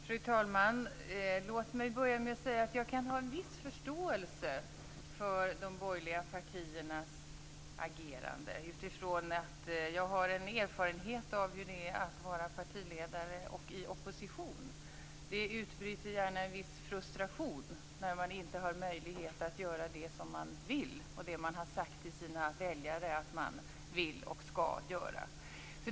Fru talman! Låt mig börja med att säga att jag kan ha en viss förståelse för de borgerliga partiernas agerande utifrån att jag har en erfarenhet av hur det är att vara partiledare och i opposition. Det utbryter gärna en viss frustration när man inte har möjlighet att göra det som man vill och det man har sagt till sina väljare att man vill och skall göra.